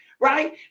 right